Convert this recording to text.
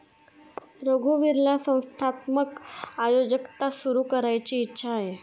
रघुवीरला संस्थात्मक उद्योजकता सुरू करायची इच्छा आहे